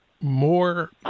more